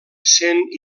sent